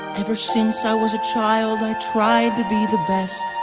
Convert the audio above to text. ever since i was a child, i tried to be the best.